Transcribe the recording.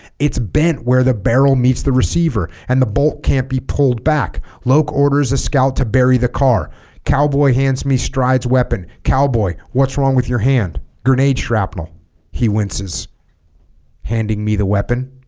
it's bent where the barrel meets the receiver and the bolt can't be pulled back loke orders a scout to bury the car cowboy hands me stride's weapon cowboy what's wrong with your hand grenade shrapnel he winces handing me the weapon